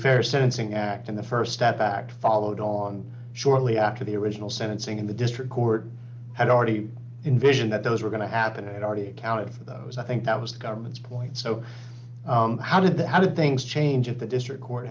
fair sentencing act in the st step back followed on shortly after the original sentencing in the district court had already invision that those were going to happen and already accounted for those i think that was the government's point so how did that how did things change at the district court